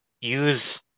use